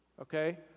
okay